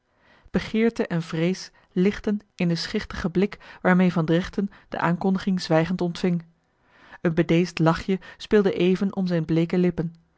begeerte en vrees lichtten in de schichtige blik waarmee van dregten de aankondiging zwijgend ontving een bedeesd lachje speelde even om zijn bleeke lippen